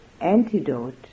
antidote